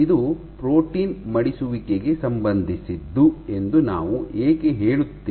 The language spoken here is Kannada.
ಇದು ಪ್ರೋಟೀನ್ ಮಡಿಸುವಿಕೆಗೆ ಸಂಬಂಧಿಸಿದ್ದು ಎಂದು ನಾವು ಏಕೆ ಹೇಳುತ್ತೇವೆ